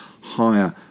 higher